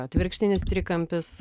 atvirkštinis trikampis